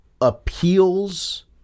appeals